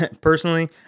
personally